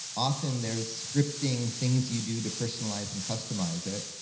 often, there's scripting, things you do to personalize and customize it.